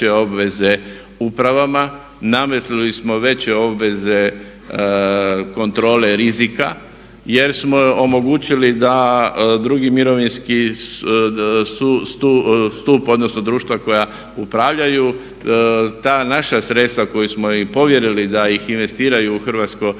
veće obveze upravama, nametnuli smo veće obveze kontrole rizika jer smo omogućili da drugi mirovinski stup odnosno društva koja upravljaju ta naša sredstva koja smo im povjerili da ih investiraju u hrvatsku